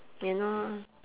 you know